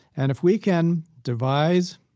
and if we can devise